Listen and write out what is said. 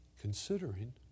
considering